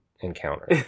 encounter